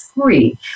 free